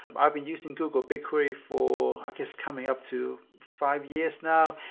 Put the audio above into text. i've been using google bigquery for i guess coming up to five years now,